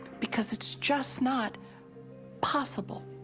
because it's just not possible.